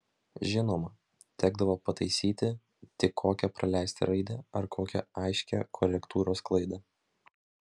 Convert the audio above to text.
žinoma tekdavo pataisyti tik kokią praleistą raidę ar kokią aiškią korektūros klaidą